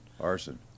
Arson